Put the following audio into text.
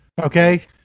Okay